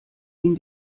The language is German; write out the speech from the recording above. ihm